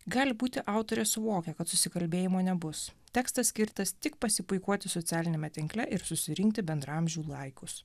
gali būti autorė suvokia kad susikalbėjimo nebus tekstas skirtas tik pasipuikuoti socialiniame tinkle ir susirinkti bendraamžių laikus